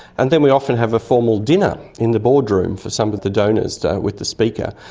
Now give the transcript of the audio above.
and then we often have a formal dinner in the boardroom for some of the donors with the speaker.